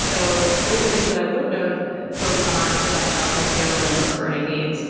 so those are things that i would know to focus on if i felt like they were the most burning needs